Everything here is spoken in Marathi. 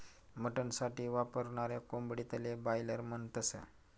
मटन साठी वापरनाऱ्या कोंबडीले बायलर म्हणतस